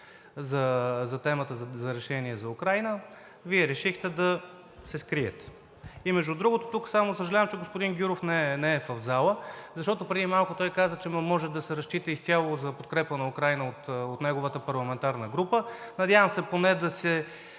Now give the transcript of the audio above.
– темата за решение за Украйна, Вие решихте да се скриете. И между другото, тук, съжалявам, че господин Гюров не е в залата, защото преди малко той каза, че може да се разчита изцяло за подкрепа на Украйна от неговата парламентарна група. Надявам се поне да си